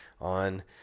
on